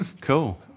cool